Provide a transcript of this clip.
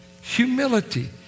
humility